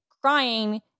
crying